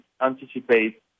anticipate